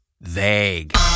vague